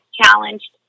challenged